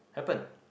happen